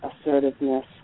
assertiveness